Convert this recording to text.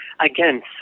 Again